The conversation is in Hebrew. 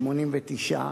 89%,